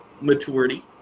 maturity